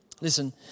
Listen